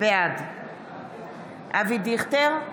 בעד אבי דיכטר,